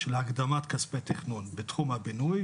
של הקדמת כספי תכנון בתחום הבינוי,